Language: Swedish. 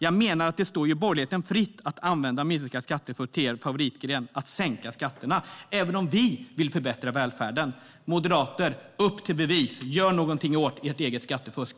Jag menar att det står borgerligheten fritt att använda ett minskat skattefusk till er favoritgren att sänka skatterna - även om vi vill förbättra välfärden. Moderater, upp till bevis! Gör något åt ert eget skattefusk!